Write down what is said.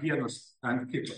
vienas ant kito